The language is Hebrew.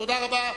תודה רבה.